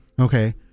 okay